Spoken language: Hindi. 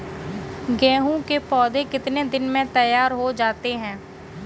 गेहूँ के पौधे कितने दिन में तैयार हो जाते हैं?